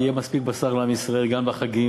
יהיה מספיק בשר לעם ישראל גם בחגים,